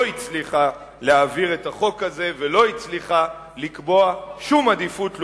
לא הצליחה להעביר את החוק הזה ולא הצליחה לקבוע שום עדיפות לאומית,